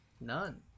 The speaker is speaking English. None